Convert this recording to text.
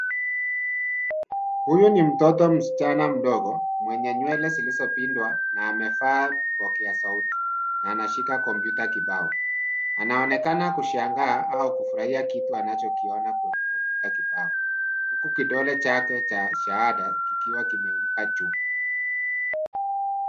Huyu ni mtoto msichana mdogo, mwenye nywele zilizopindwa na amevaa kipokea sauti, na anashika kompyuta kibao. Anaonekana kushangaa au kufurahia kitu anachokiona kwenye kompyuta kibao. Huku kidole chake cha shahada kikiwa kimeangalia juu.